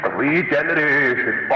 regeneration